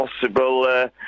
possible